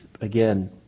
again